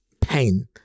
pain